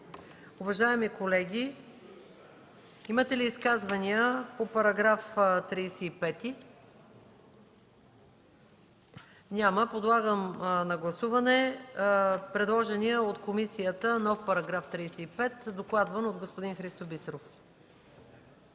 Уважаеми колеги, имате ли изказвания по § 35? Няма. Подлагам на гласуване предложения от комисията нов § 35, докладван от господин Христо Бисеров.